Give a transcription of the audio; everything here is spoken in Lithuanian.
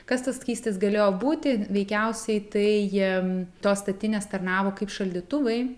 kas tas skystis galėjo būti veikiausiai tai jiem tos statinės tarnavo kaip šaldytuvai